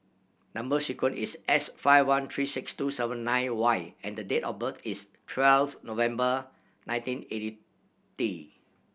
number sequence is S five one three six two seven nine Y and the date of birth is twelfth November nineteen eighty